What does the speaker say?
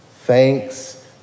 thanks